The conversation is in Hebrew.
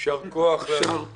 פה אחד הצעת חוק סדר הדין הפלילי (תיקון מס' 83) (התיישנות),